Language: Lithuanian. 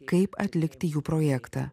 kaip atlikti jų projektą